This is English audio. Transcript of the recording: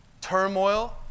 turmoil